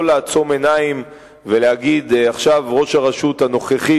לעצום עיניים ולהגיד: עכשיו ראש הרשות הנוכחי,